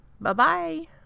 Bye-bye